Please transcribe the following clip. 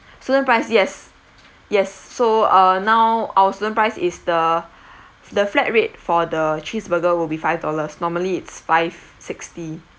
student price yes yes so uh now our student price is the the flat rate for the cheeseburger will be five dollars normally it's five sixty